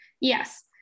Yes